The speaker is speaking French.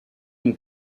une